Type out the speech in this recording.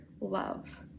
love